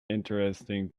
interesting